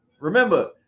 remember